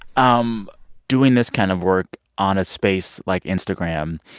um doing this kind of work on a space like instagram,